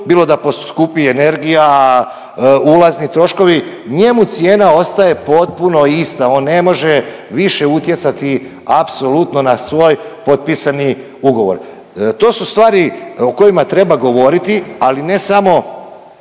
bilo da poskupi energija, ulazni troškovi njemu cijena ostaje potpuno ista, on ne može više utjecati apsolutno na svoj potpisani ugovor. To su stvari o kojima treba govoriti, ali ne samo